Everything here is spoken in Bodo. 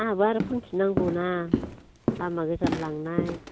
आहाबो आरो फानफिन नांगौना लामा गोजान लांनाय